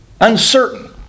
Uncertain